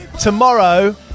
tomorrow